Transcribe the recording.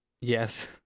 Yes